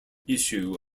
issue